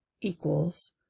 equals